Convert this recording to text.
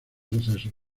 sucesos